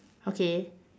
okay